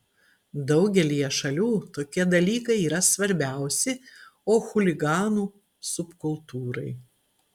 daugelyje šalių tokie dalykai yra svarbiausi o chuliganų subkultūrai